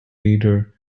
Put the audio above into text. leader